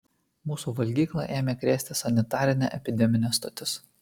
mūsų valgyklą ėmė krėsti sanitarinė epideminė stotis